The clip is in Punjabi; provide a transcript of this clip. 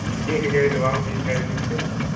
ਯਕੀਨ ਕਿਵੇਂ ਦਵਾਓਗੇ ਹੈਲਥ ਇੰਸ਼ੋਰੈਂਸ ਦਾ